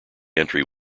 entry